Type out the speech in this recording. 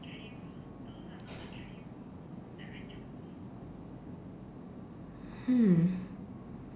hmm